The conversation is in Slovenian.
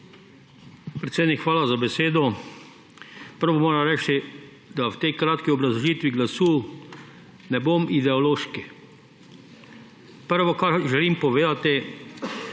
Predsednik, hvala za besedo. Najprej moram reči, da v tej kratki obrazložitvi glasu ne bom ideološki. Prvo, kar želim povedati,